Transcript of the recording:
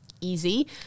easy